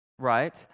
right